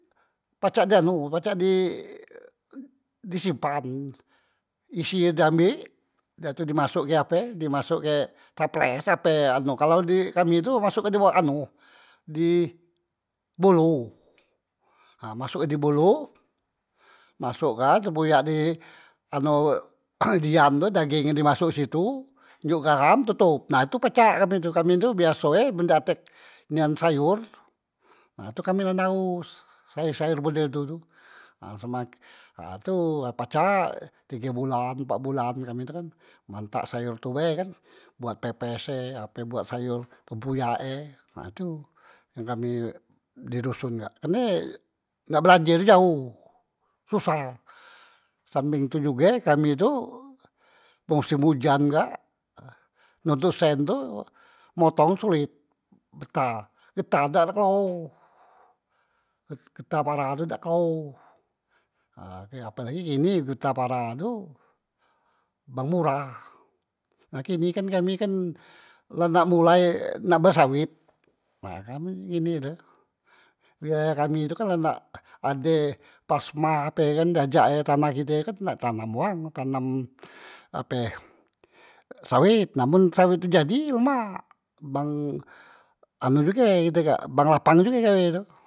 Pacak di anu, pacak di di simpan isi ye di ambek dah tu di masuk ke ape di masok ke taples ape anu, kalu di kami tu di masok ke anu di bolo, na masokke di bolo masokkan tempoyak di anu dian tu dageng nye di masok situ njok gaham totop, nah tu pacak kami tu, kami tu biaso e men dak tek nian sayor nah tu kami na naos sayor- sayor model tu tu, ha semak- ha pacak tige bulan empa bulan kan mantak sayor tu be kan buat pepes e ape buat sayor tempuyak e ha tu yang kami di duson kak, kerne nak belanje tu jaoh, susah sampeng tu juge kami tu mosem ujan kak nontot sen tu motong sulit betah, getah dak kluo getah para tu dak kluo, ha e apelagi kini getah para tu bang murah na kini kan kami kan la nak mulai nak be sawet, na kami kini tu biaya kami tu kan la nak ade pasma ape kan di ajak e tanah kite kan tanam wang, tanam ape sawet, na men sawet tu jadi lemak bang anu juge kite kak bang lapang juge gawe tu.